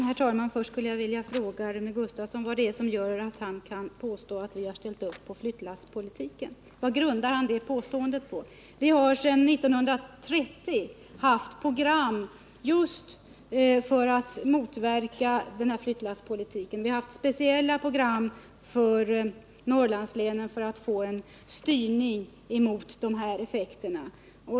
Herr talman! Först skulle jag vilja fråga Rune Gustavsson vad det är som gör att han kan påstå att vi ställt upp för flyttlasspolitiken. Var grundar han ett sådant påstående på? Vi har ända sedan 1930 haft på vårt program att motverka flyttlasspolitiken. Vi har haft speciella program för Norrlandslänen för att åstadkomma en styrning bort från sådana effekter.